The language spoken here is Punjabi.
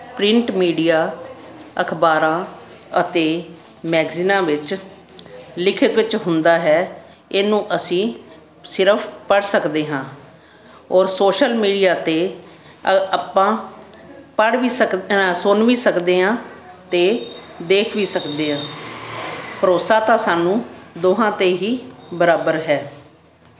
ਪ੍ਰਿੰਟ ਮੀਡੀਆ ਅਖ਼ਬਾਰਾਂ ਅਤੇ ਮੈਗਜ਼ੀਨਾਂ ਵਿੱਚ ਲਿਖਤ ਵਿੱਚ ਹੁੰਦਾ ਹੈ ਇਹਨੂੰ ਅਸੀਂ ਸਿਰਫ਼ ਪੜ੍ਹ ਸਕਦੇ ਹਾਂ ਔਰ ਸੋਸ਼ਲ ਮੀਡੀਆ 'ਤੇ ਅ ਆਪਾਂ ਪੜ੍ਹ ਵੀ ਸਕ ਸੁਣ ਵੀ ਸਕਦੇ ਹਾਂ ਅਤੇ ਦੇਖ ਵੀ ਸਕਦੇ ਹਾਂ ਭਰੋਸਾ ਤਾਂ ਸਾਨੂੰ ਦੋਹਾਂ 'ਤੇ ਹੀ ਬਰਾਬਰ ਹੈ